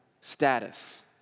status